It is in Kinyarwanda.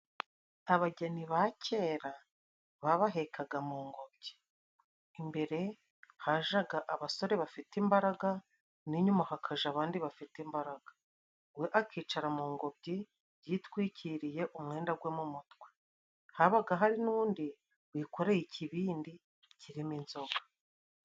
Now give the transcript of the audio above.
Abageni ba kera babahekaga mu ngobyi, imbere hajaga abasore bafite imbaraga n'inyuma hakaja abandi bafite imbaraga, we akicara mu ngobyi yitwikiriye umwenda gwe mu mutwe, habaga hari n'undi wikoreye ikibindi kirimo inzoga.